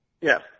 Yes